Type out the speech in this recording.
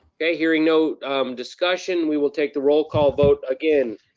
okay, hearing no discussion, we will take the roll call vote again.